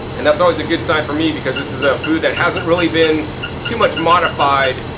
and that's always good sign for me. because this is a food that hasn't really been too much modified,